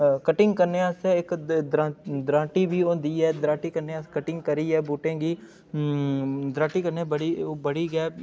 cutting करने आस्तै इक द दर दराटी बी होंदी ऐ दराटी कन्नै अस कटिंग करियै बूह्टें गी दराटी कन्नै बड़ी बड़ी गै